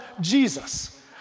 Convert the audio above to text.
Jesus